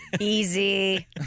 Easy